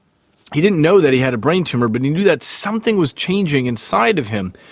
he didn't know that he had a brain tumour but he knew that something was changing inside of him,